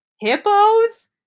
hippos